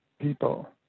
people